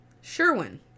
Sherwin